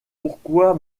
pourquoi